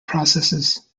processes